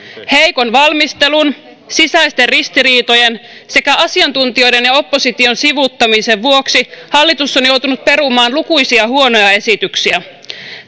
heikon valmistelun sisäisten ristiriitojen sekä asiantuntijoiden ja opposition sivuuttamisen vuoksi hallitus on joutunut perumaan lukuisia huonoja esityksiä